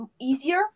easier